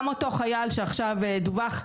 גם אותו חייל שעכשיו דווח עליו,